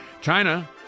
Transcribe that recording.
China